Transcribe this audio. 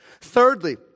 Thirdly